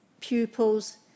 pupils